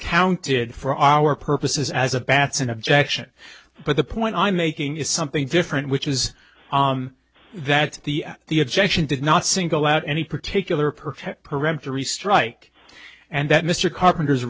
counted for our purposes as a batson objection but the point i'm making is something different which is that the at the objection did not single out any particular perfect peremptory strike and that mr carpenter